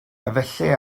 efallai